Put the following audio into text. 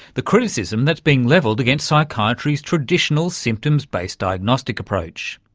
the criticism that's being levelled against psychiatry's traditional symptoms-based diagnostic approach.